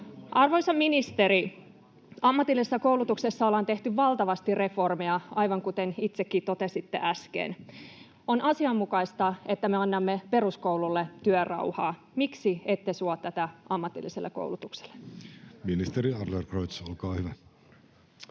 Arvoisa ministeri, ammatillisessa koulutuksessa ollaan tehty valtavasti reformeja, aivan kuten itsekin totesitte äsken. On asianmukaista, että me annamme peruskoululle työrauhaa. Miksi ette suo tätä ammatilliselle koulutukselle? [Speech 20] Speaker: